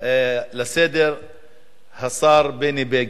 לסדר השר בני בגין.